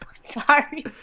Sorry